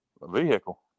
Vehicle